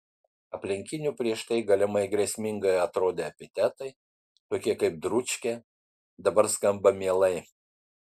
aplinkinių prieš tai galimai grėsmingai atrodę epitetai tokie kaip dručkė dabar skamba mielai